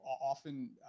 often